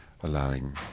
allowing